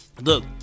Look